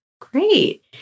Great